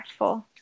impactful